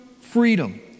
freedom